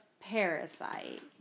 Parasite